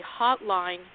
hotline